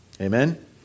Amen